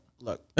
Look